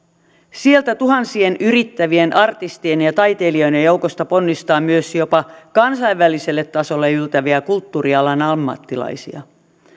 sieltä tuhansien yrittävien artistien ja ja taiteilijoiden joukosta ponnistaa myös jopa kansainväliselle tasolle yltäviä kulttuurialan ammattilaisia